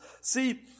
See